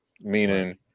Meaning